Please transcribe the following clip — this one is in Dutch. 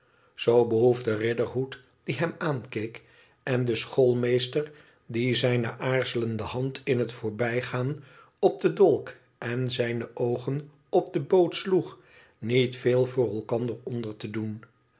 zoo behoefden riderhood die hem aankeek en de schoolmeester die zijne aarzelende hand in het voorbijgaan op den dolk en zijne oogen op de boot sloeg niet veel voor elkander onder te doen